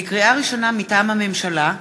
לקריאה ראשונה, מטעם הממשלה: